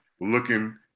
looking